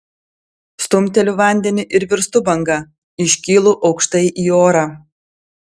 stumteliu vandenį ir virstu banga iškylu aukštai į orą